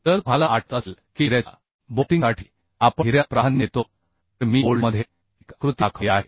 जर तुम्हाला आठवत असेल की हिऱ्याच्या बोल्टिंगसाठी आपण हिऱ्याला प्राधान्य देतो तर मी बोल्टमध्ये एक आकृती दाखवली आहे